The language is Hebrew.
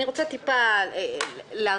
אני רוצה טיפה להרחיב,